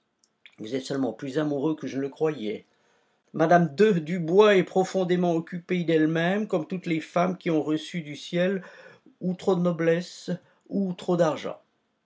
vous êtes seulement plus amoureux que je ne le croyais mme de dubois est profondément occupée d'elle-même comme toutes les femmes qui ont reçu du ciel ou trop de noblesse ou trop d'argent